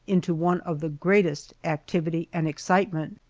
into one of the greatest activity and excitement!